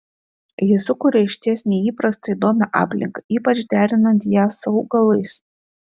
ji sukuria išties neįprastą įdomią aplinką ypač derinant ją su augalais